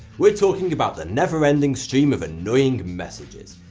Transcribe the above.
we're talking about the never ending stream of annoying messages.